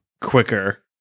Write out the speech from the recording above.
quicker